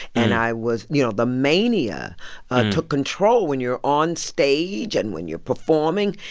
and i was, you know, the mania took control. when you're on stage and when you're performing,